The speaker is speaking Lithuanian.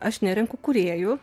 aš nerenku kūrėjų